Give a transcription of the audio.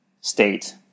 state